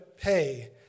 pay